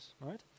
right